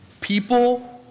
People